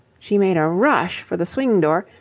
she made a rush for the swing-door,